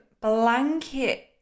blanket